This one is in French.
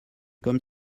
comme